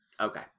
okay